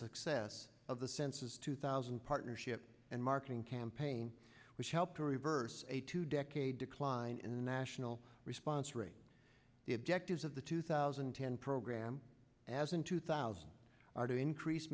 success of the census two thousand partnership and marketing campaign which helped tory verse a two decade decline in the national response rate the objectives of the two thousand and ten program as in two thousand are to increase